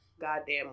goddamn